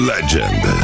Legend